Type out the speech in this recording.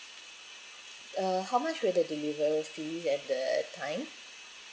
uh how much will the delivery fee and the time